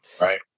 right